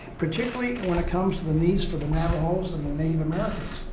particularly when it comes to the needs for the navajos and the native americans.